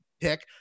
pick